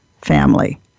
family